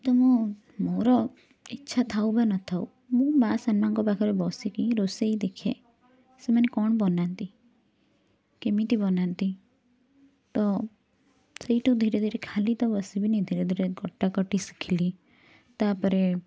ତ ମୁଁ ମୋର ଇଚ୍ଛା ଥାଉ ବା ନ ଥାଉ ମୁଁ ମାଁ ସାନ ମାଁ ଙ୍କ ପାଖେରେ ବସିକି ରୋଷେଇ ଦେଖେ ସେମାନେ କ'ଣ ବନାନ୍ତି କେମିତି ବନାନ୍ତି ତ ସେଇଠୁ ଧୀରେ ଧୀରେ ଖାଲି ତ ବସିବିନି ଧୀରେ ଧୀରେ କଟା କାଟି ଶିଖିଲି ତାପରେ